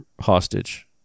hostage